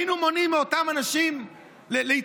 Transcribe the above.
היינו מונעים מאותם אנשים להתמוטט.